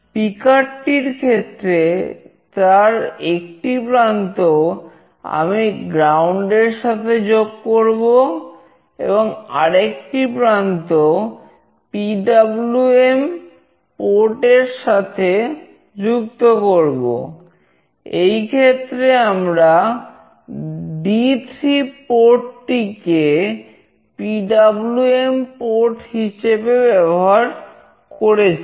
speaker হিসেবে ব্যবহার করেছি